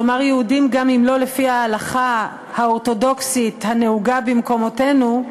כלומר יהודים גם אם לא לפי ההלכה האורתודוקסית הנהוגה במקומותינו,